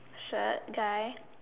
shirt guy